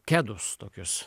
kedus tokius